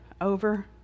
over